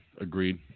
Agreed